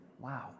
wow